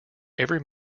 every